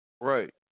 Right